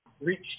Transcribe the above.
reach